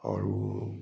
और वह